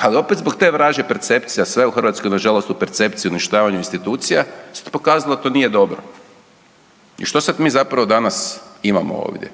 ali opet zbog te vražje percepcije, a sve u Hrvatskoj nažalost u percepciji i uništavanju institucija se pokazalo da to nije dobro. I što sad mi zapravo danas imamo ovdje?